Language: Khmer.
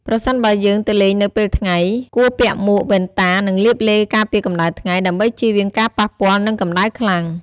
ប្រសិនបើយើងទៅលេងនៅពេលថ្ងៃ គួរពាក់មួក វ៉ែនតា និងលាបឡេការពារកម្ដៅថ្ងៃ ដើម្បីជៀសវាងការប៉ះពាល់នឹងកម្ដៅខ្លាំង ។